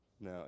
No